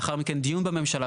לאחר מכן דיון בממשלה.